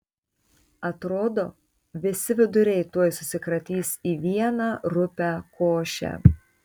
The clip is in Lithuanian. atrodo visi viduriai tuoj susikratys į vieną rupią košę